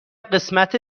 قسمت